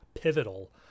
pivotal